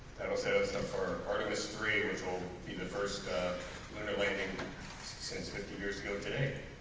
that will set us up for artemis three which will be the first lunar landing since fifty years ago today.